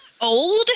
old